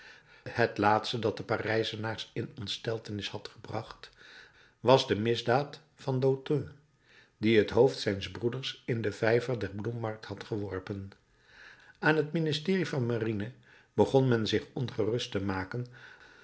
het laatste dat de parijzenaars in ontsteltenis had gebracht was de misdaad van dautun die het hoofd zijns broeders in den vijver der bloemmarkt had geworpen aan het ministerie van marine begon men zich ongerust te maken